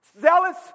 Zealous